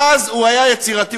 ואז הוא היה יצירתי,